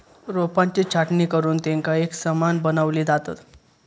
रोपांची छाटणी करुन तेंका एकसमान बनवली जातत